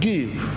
Give